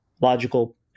logical